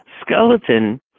skeleton